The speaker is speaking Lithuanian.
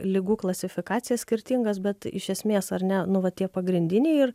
ligų klasifikacijas skirtingas bet iš esmės ar ne nu va tie pagrindiniai ir